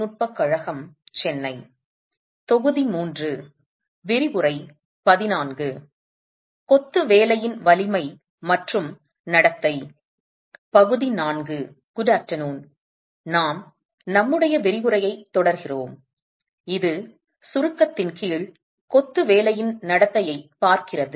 நல்ல மதியம் நாம் நம்முடைய விரிவுரையைத் தொடர்கிறோம் இது சுருக்கத்தின் கீழ் கொத்து வேலையின் நடத்தையைப் பார்க்கிறது